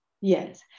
Yes